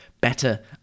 better